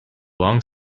long